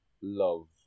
love